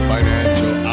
Financial